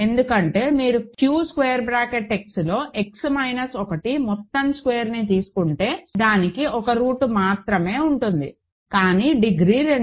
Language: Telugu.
ఎందుకంటే మీరు Q Xలో X మైనస్ 1 మొత్తం స్క్వేర్ని తీసుకుంటే దానికి ఒక రూట్ మాత్రమే ఉంటుంది కానీ డిగ్రీ 2